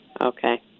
Okay